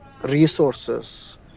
resources